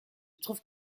trouves